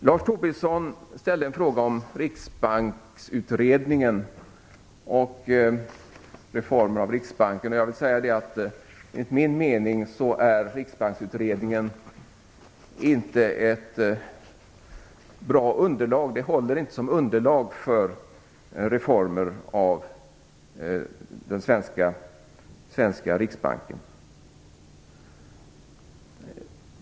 Lars Tobisson ställde en fråga om Riksbanksutredningen och reformer av Riksbanken. Enligt min mening håller Riksbanksutredningen inte som underlag för reformer av den svenska riksbanken.